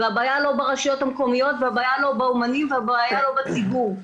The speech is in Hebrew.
והבעיה לא ברשויות המקומיות והבעיה לא באמנים והבעיה לא בציבור,